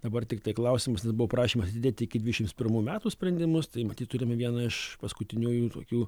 dabar tiktai klausimas nes buvo prašymas atidėti iki dvidešimts pirmų metų sprendimus tai matyt turime vieną iš paskutiniųjų tokių